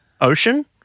ocean